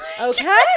Okay